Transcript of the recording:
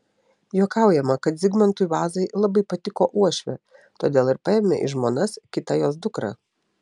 juokaujama kad zigmantui vazai labai patiko uošvė todėl ir paėmė į žmonas kitą jos dukrą